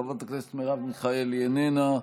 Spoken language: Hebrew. חברת הכנסת מרב מיכאלי, איננה,